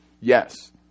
Yes